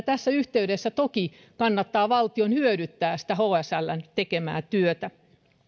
tässä yhteydessä toki kannattaa valtion hyödyntää sitä hsln tekemää työtä